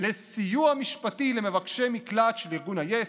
לסיוע משפטי למבקשי מקלט של ארגון היא"ס,